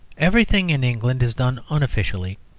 everything in england is done unofficially,